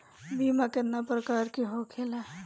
बीमा केतना प्रकार के होखे ला?